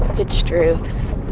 pitched roofs.